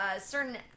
certain